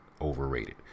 overrated